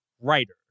writer